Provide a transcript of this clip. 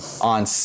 on